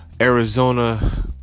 Arizona